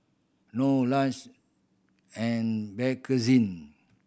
Norr Lush and Bakerzin